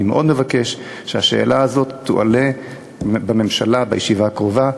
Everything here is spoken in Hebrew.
אני מאוד מבקש שהשאלה הזאת תועלה בממשלה בישיבה הקרובה.